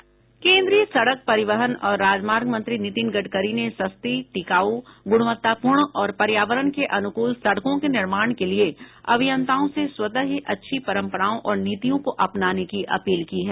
केंद्रीय सड़क परिवहन और राजमार्ग मंत्री नितिन गडकरी ने सस्ती टिकाऊ गुणवत्ता पूर्ण और पर्यावरण के अनुकूल सडकों के निर्माण के लिए अभियंताओं से स्वतः ही अच्छी परंपराओं और नीतियों को अपनाने की अपील की है